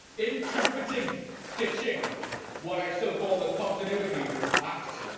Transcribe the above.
in trumpeting ditching what i still call the continuity act,